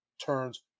turns